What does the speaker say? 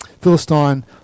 Philistine